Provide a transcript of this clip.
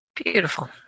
Beautiful